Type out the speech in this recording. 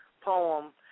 poem